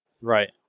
Right